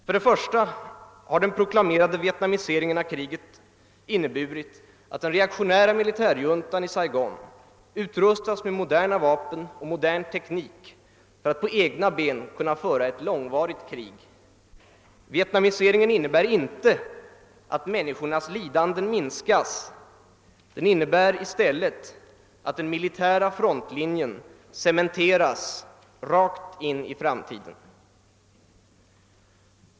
För det första har den proklamerade vietnamiseringen av kriget inneburit att den reaktionära militärjuntan i Saigon utrustas med moderna vapen och modern teknik för att kunna stå på egna ben och föra ett långvarigt krig. Vietnamiseringen innebär inte att människornas lidanden minskas — den innebär i stället att den militära frontlinjen cementeras rakt in i framtiden.